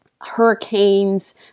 hurricanes